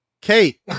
Kate